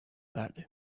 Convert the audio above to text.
verdi